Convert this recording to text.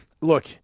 look